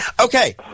Okay